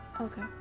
Okay